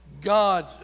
God